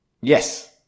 Yes